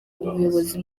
umuyobozi